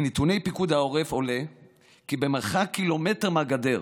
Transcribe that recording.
מנתוני פיקוד העורף עולה כי במרחק קילומטר מהגדר